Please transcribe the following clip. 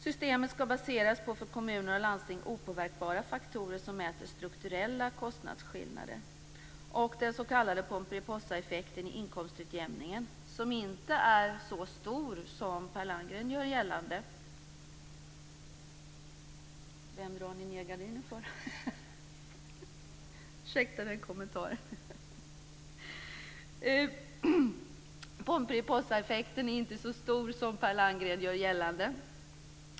Systemet skall baseras på för kommuner och landsting opåverkbara faktorer som mäter strukturella kostnadsskillnader. Den s.k. Pomperipossaeffekten i inkomstutjämningen är inte så stor som Per Landgren gör gällande.